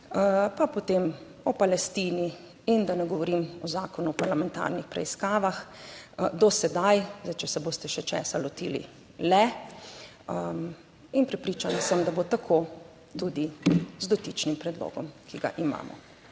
pa potem o Palestini in da ne govorim o Zakonu o parlamentarnih preiskavah do sedaj. Zdaj, če se boste še česa lotili le in prepričana sem, da bo tako tudi z dotičnim predlogom, ki ga imamo.